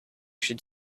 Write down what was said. should